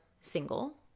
single